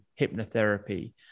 hypnotherapy